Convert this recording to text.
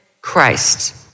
Christ